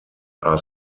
are